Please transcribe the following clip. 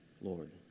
Lord